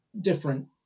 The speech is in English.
different